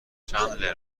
چندلر